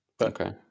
Okay